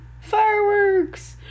Fireworks